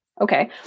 Okay